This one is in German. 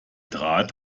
draht